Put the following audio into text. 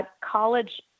college